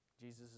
Jesus